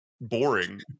boring